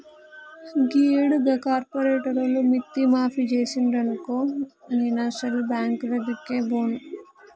గీయేడు గా కార్పోరేటోళ్లు మిత్తి మాఫి జేసిండ్రనుకో నేనసలు బాంకులదిక్కే బోను